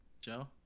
Joe